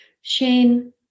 Shane